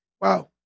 Wow